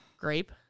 Grape